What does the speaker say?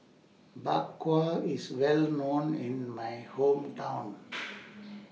Bak Kwa IS Well known in My Hometown